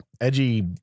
edgy